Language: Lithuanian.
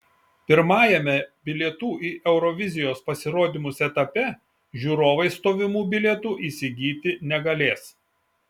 pirmajame bilietų į eurovizijos pasirodymus etape žiūrovai stovimų bilietų įsigyti negalės